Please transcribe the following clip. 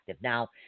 Now